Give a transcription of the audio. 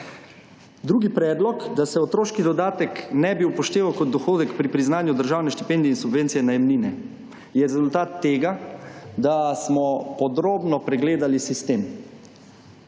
Drugi predlog, da se otroški dodatek ne bi upošteval kot dohodek pri priznanju državne štipendije in subvencije najemnine, je rezultat tega, da smo podrobno pregledali sistem